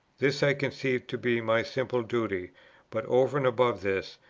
this i conceive to be my simple duty but, over and above this,